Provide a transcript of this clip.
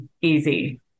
easy